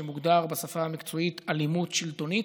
שמוגדר בשפה המקצועית "אלימות שלטונית".